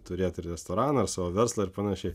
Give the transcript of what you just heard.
turėt ir restoraną ar savo verslą ir panašiai